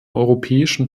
europäischen